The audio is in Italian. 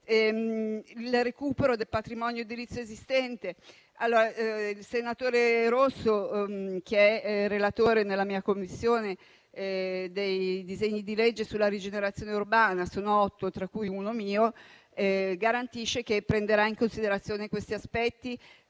il recupero del patrimonio edilizio esistente. Il senatore Rosso, che è relatore nella mia Commissione degli otto disegni di legge sulla rigenerazione urbana - uno dei quali è mio - garantisce che prenderà in considerazione questi aspetti,